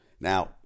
Now